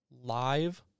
live